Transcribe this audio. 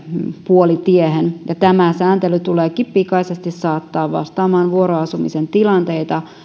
puolitiehen tämä sääntely tuleekin pikaisesti saattaa vastaamaan vuoroasumisen tilanteita